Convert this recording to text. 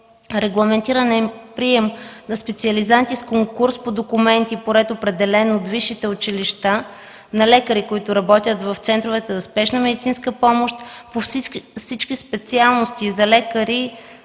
регламентиран е прием за специализанти с конкурс по документи по ред, определен от висшите училища, на лекари, които работят в центровете за Спешна медицинска помощ по всички специалности за лекари,